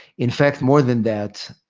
in fact, more than that,